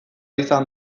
izan